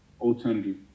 alternative